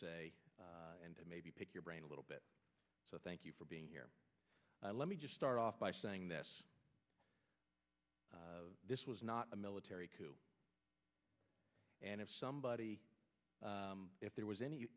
say and maybe pick your brain a little bit so thank you for being here let me just start off by saying that this was not a military coup and if somebody if there was any